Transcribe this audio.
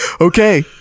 Okay